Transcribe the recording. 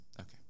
Okay